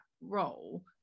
role